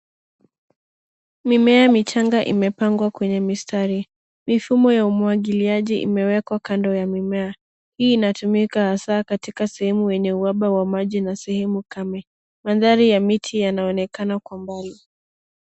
Mimea michanga imepangwa kwenye mistari. Mifumo ya umwagiliaji imewekwa kando ya mimea. Hii inatumika hasaa katika sehemu yenye uhaba wa maji na sehemu kame. Mandhari ya miti yanaonekana kwa mbali.